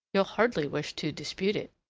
you'll hardly wish to dispute it.